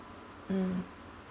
mm